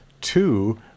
two